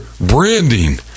branding